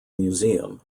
museum